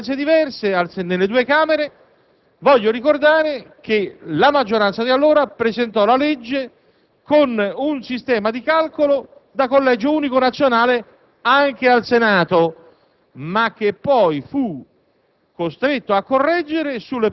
probabilmente crea maggioranze diverse nelle due Camere. La maggioranza di allora presentò la legge con un sistema di calcolo da collegio unico nazionale anche al Senato, che poi fu